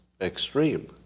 extreme